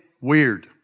weird